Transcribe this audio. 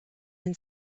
then